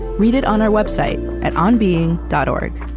read it on our website at onbeing dot o r